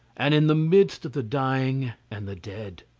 and in the midst of the dying and the dead.